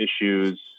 issues